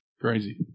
Crazy